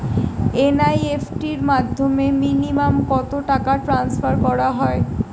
NEFT র মাধ্যমে minimum কত টাকা টান্সফার করা যায়?